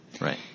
right